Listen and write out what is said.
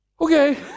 Okay